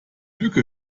lücke